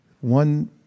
one